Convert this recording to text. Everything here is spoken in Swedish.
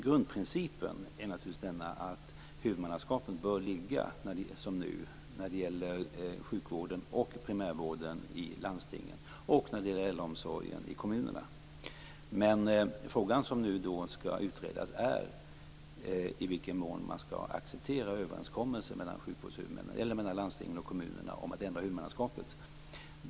Grundprincipen är naturligtvis att huvudmannaskapet bör ligga som nu, dvs. när det gäller sjukvården och primärvården i landstingen och när det gäller äldreomsorgen i kommunerna. Frågan som nu skall utredas är i vilken mån man skall acceptera överenskommelser mellan landstingen och kommunerna om att ändra huvudmannaskapet.